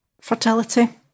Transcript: fertility